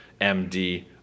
md